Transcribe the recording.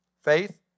Faith